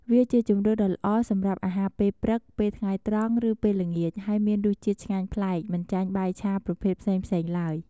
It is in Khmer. វាជាជម្រើសដ៏ល្អសម្រាប់អាហារពេលព្រឹក ពេលថ្ងៃត្រង់ ឬពេលល្ងាច ហើយមានរសជាតិឆ្ងាញ់ប្លែកមិនចាញ់បាយឆាប្រភេទផ្សេងៗឡើយ។